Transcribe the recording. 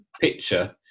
picture